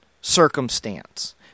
Circumstance